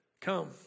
come